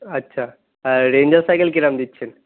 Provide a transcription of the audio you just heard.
আচ্ছা ranger cycle কীরকম দিচ্ছেন